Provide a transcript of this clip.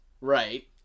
Right